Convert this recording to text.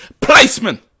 placement